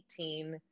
2018